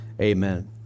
amen